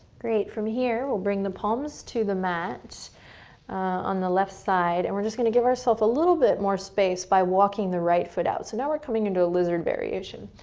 great, from here, we'll bring the palms to the mat on the left side and we're just going to give ourself a little bit more space by walking the right foot out. so now we're coming into a lizard variation.